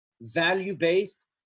value-based